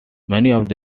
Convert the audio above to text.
these